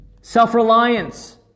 self-reliance